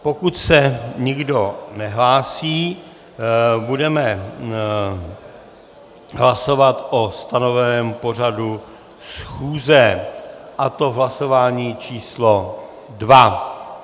Pokud se nikdo nehlásí, budeme hlasovat o stanoveném pořadu schůze, a to v hlasování číslo 2.